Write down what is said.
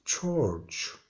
George